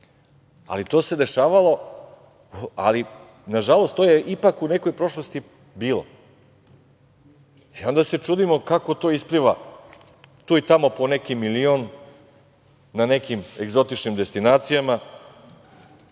itd. Ali, na žalost to je ipak u nekoj prošlosti bilo i onda se čudimo kako to ispliva tu i tamo po neki milion na nekim egzotičnim destinacijama